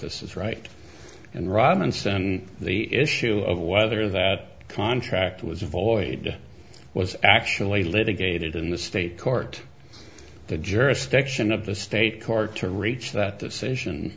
this is right and robinson the issue of whether that contract was void was actually litigated in the state court the jurisdiction of the state court to reach that decision